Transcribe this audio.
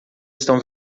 estão